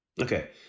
Okay